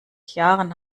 jahren